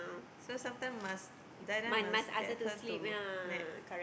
so sometime must die die must get her to nap